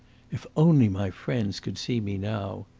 if only my friends could see me now!